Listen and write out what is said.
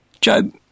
Job